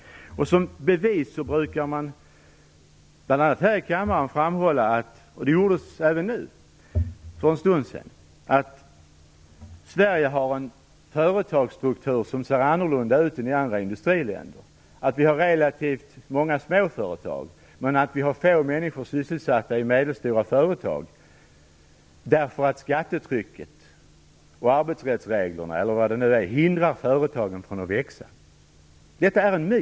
Det brukar då, bl.a. här i kammaren, framhållas - och det gjordes även här i debatten för en stund sedan - att företagsstrukturen i Sverige är annorlunda än den i andra industriländer, att vi har relativt många småföretag men att få människor är sysselsatta i medelstora företag därför att skattetrycket och arbetsrättsreglerna, eller vad det nu är, hindrar företagen från att växa. Detta är en myt.